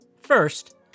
First